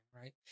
right